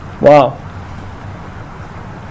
Wow